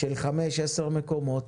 של חמישה ועשרה מקומות